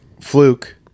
fluke